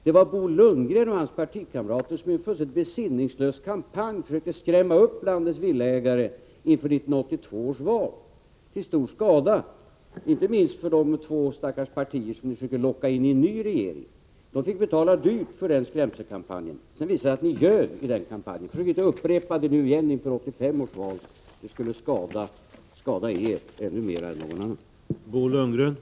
Det var Bo Lundgren och hans partikamrater som i en fullständigt besinningslös kampanj försökte skrämma upp landets villaägare inför 1982 års val, till stor skada inte minst för de två stackars partier som ni nu försöker locka in i en ny regering. De fick betala dyrt för den skrämselkampanjen. Sedan visade det sig att ni ljög i den kampanjen. Försök inte upprepa det nu igen inför 1985 års val. Det skulle skada er mer än någon annan.